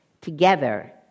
Together